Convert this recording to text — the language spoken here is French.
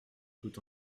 tout